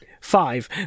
Five